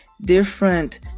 different